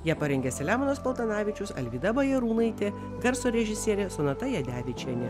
ją parengė selemonas paltanavičius alvyda bajarūnaitė garso režisierė sonata jadevičienė